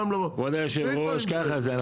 כבוד היושב-ראש, ככה זה.